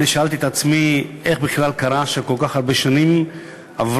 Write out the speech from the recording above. שאלתי את עצמי איך בכלל קרה שכל כך הרבה שנים עברו